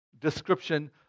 description